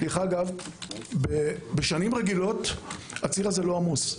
דרך אגב בשנים רגילות הציר הזה לא עמוס.